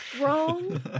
wrong